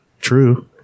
true